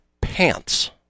pants